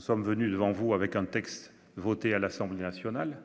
sommes venus devant vous avec un texte voté par l'Assemblée nationale